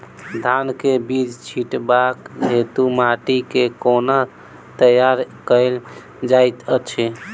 धान केँ बीज छिटबाक हेतु माटि केँ कोना तैयार कएल जाइत अछि?